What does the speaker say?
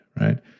right